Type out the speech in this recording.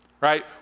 right